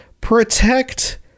protect